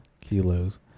Kilos